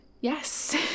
Yes